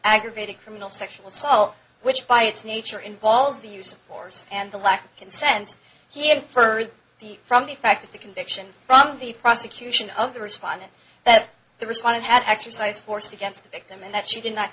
aggravated criminal sexual assault which by its nature involves the use of force and the lack of consent here heard the from the fact that the conviction from the prosecution of the respondent that the respondent had exercised force against the victim and that she did not